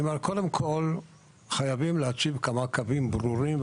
קודם כל חייבים להציב כמה קווים ברורים,